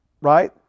right